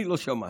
אני לא שמעתי,